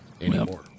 Anymore